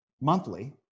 monthly